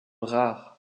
rare